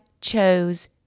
chose